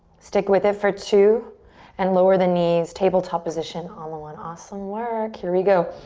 stick with it for two and lower the knees tabletop position on the one. awesome work. here we go.